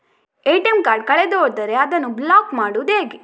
ATM card ಕಳೆದು ಹೋದರೆ ಅದನ್ನು ಬ್ಲಾಕ್ ಮಾಡುವುದು ಹೇಗೆ?